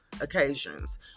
occasions